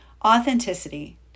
Authenticity